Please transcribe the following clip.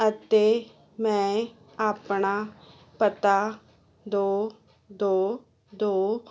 ਅਤੇ ਮੈਂ ਆਪਣਾ ਪਤਾ ਦੋ ਦੋ ਦੋ